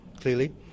clearly